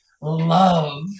love